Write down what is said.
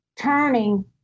turning